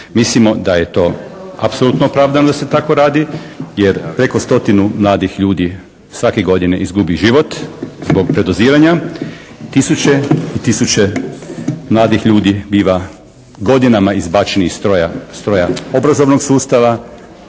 Mislimo da je to apsolutno opravdano da se tako radi. Jer preko stotinu mladih ljudi svake godine izgubi život zbog predoziranja. Tisuće i tisuće mladih ljudi biva godinama izbačeni iz stroja obrazovnog sustava,